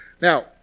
Now